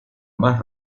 más